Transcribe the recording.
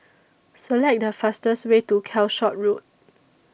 Select The fastest Way to Calshot Road